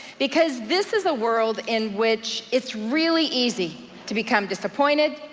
because this is a world in which it's really easy to become disappointed,